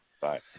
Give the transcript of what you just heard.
Bye